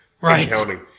Right